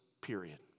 period